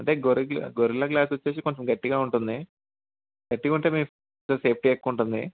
అంటే గొరి గ్లా గొరిల్లా గ్లాస్ వచ్చేసి కొంచెం గట్టిగా ఉంటుంది గట్టిగా ఉంటే మీకు సేఫ్టీ ఎక్కువ ఉంటుంది